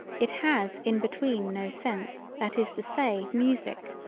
it has in between no sense that is to say music,